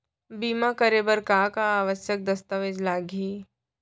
बीमा करे बर का का आवश्यक दस्तावेज लागही